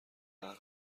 قهر